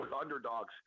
underdogs